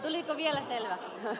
liiton mielestä